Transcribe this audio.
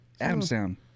Adamstown